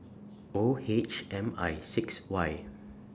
O H M I six Y